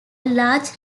large